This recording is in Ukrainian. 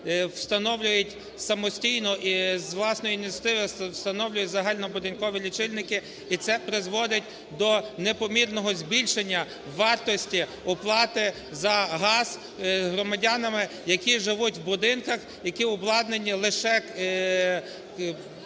встановлюють самостійно і з власної ініціативи встановлюють загальнобудинкові лічильники, і це призводить до непомірного збільшення вартості оплати за газ громадянами, які живуть у будинках, які обладнані лише газовими